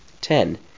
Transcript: Ten